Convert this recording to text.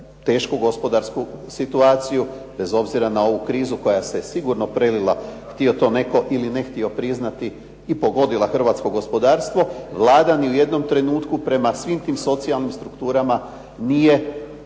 tešku gospodarsku situaciju, bez obzira na ovu krizu koja se sigurno prelila htio to netko ili ne htio priznati i pogodila hrvatsko gospodarstvo. Vlada ni u jednom trenutku prema svim tim socijalnim strukturama nije